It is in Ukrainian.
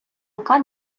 яка